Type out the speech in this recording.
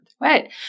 Right